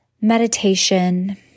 meditation